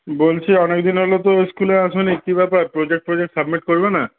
বলছি অনেকদিন হলো তো স্কুলে আসোনি কী ব্যাপার প্রজেক্ট ট্রজেক্ট সাবমিট করবে না